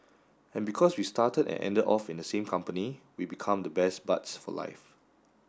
and because we started and ended off in the same company we become the best buds for life